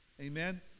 Amen